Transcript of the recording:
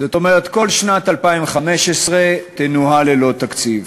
זאת אומרת, כל שנת 2015 תנוהל ללא תקציב.